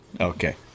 Okay